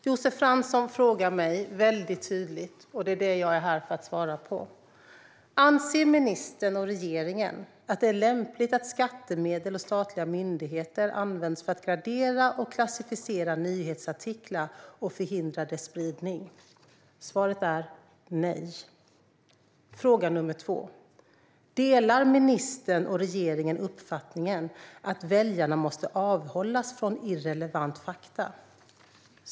Josef Fransson frågar mig väldigt tydligt, och det är det jag är här för att svara på: Anser ministern och regeringen att det är lämpligt att skattemedel och statliga myndigheter används för att gradera och klassificera nyhetsartiklar och förhindra deras spridning? Svaret är nej. Fråga nr 2: Delar ministern och regeringen uppfattningen att väljarna måste avhållas från irrelevanta fakta?